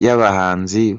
yabahanzi